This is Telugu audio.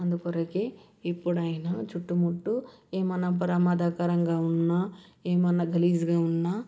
అందుకొరకే ఎప్పుడైనా చుట్టుముట్టు ఏమన్నా ప్రమాదకరంగా ఉన్న ఏమన్నా గలీజ్గా ఉన్నా